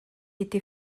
été